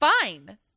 Fine